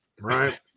right